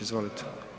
Izvolite.